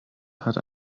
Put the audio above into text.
hat